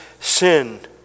sin